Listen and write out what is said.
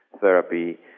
therapy